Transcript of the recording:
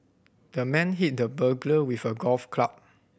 the man hit the burglar with a golf club